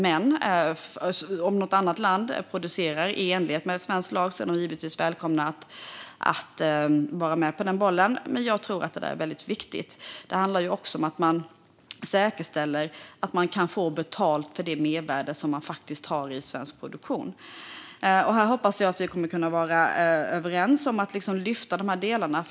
Men om något annat land producerar i enlighet med svensk lag är de givetvis välkomna att vara med på bollen. Jag tror att detta är viktigt. Det handlar också om att säkerställa att man kan få betalt för det mervärde som man har i svensk produktion. Jag hoppas att vi kommer att kunna vara överens om att lyfta de här delarna.